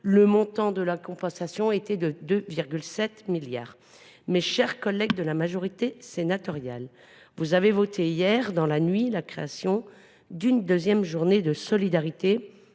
ce montant était de 2,7 milliards. Mes chers collègues de la majorité sénatoriale, vous avez voté hier soir en faveur de la création d’une deuxième journée de solidarité